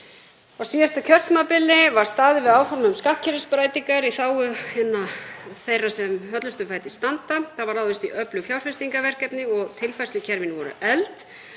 Á síðasta kjörtímabili var staðið við áform um skattkerfisbreytingar í þágu þeirra sem höllustum fæti standa. Það var ráðist í öflug fjárfestingarverkefni og tilfærslukerfi voru efld.